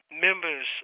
members